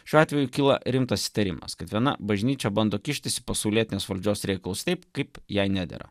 šiuo atveju kyla rimtas įtarimas kad viena bažnyčia bando kištis į pasaulietinės valdžios reikalus taip kaip jai nedera